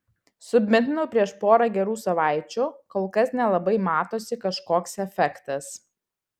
submitinau prieš pora gerų savaičių kol kas nelabai matosi kažkoks efektas